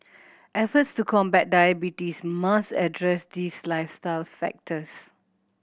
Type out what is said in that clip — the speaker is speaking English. efforts to combat diabetes must address these lifestyle factors